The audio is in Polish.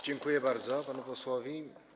Dziękuję bardzo panu posłowi.